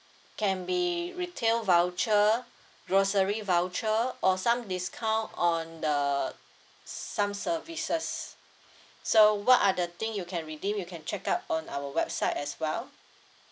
can be retail voucher grocery voucher or some discount on the some services so what are the thing you can redeem you can check up on our website as well